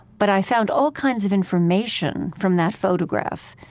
but i found all kinds of information from that photograph,